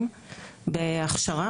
אנחנו מתחילים, חברות וחברים.